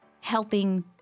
helping